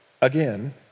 again